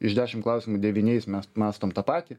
iš dešim klausimų devyniais mes mąstom tą patį